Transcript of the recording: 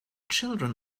children